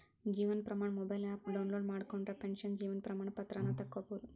Jeevan Pramaan mobile app download ಮಾಡ್ಕೊಂಡ್ರ pension Jeevan Pramaan ಪತ್ರಾನ ತೊಕ್ಕೊಬೋದು